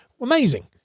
amazing